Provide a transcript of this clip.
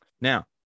Now